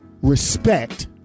respect